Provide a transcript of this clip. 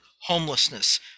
homelessness